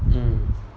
mm